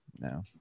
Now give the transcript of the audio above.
No